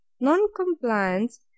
non-compliance